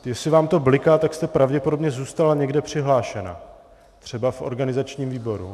Jestli vám to bliká, tak jste pravděpodobně zůstala někde přihlášená, třeba v organizačním výboru.